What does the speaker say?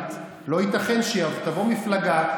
דמוקרטית לא ייתכן שתבוא מפלגה,